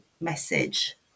message